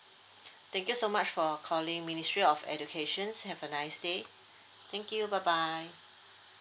thank you so much for calling ministry of education have a nice day thank you bye bye